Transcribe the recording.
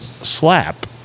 slap